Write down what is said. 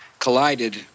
collided